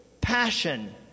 passion